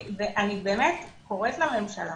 אני באמת קוראת לממשלה